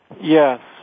Yes